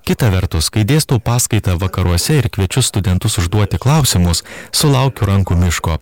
kita vertus kai dėstau paskaitą vakaruose ir kviečiu studentus užduoti klausimus sulaukiu rankų miško